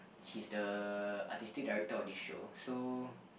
he's the artistic director of this show so